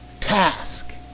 task